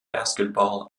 basketball